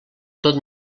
tot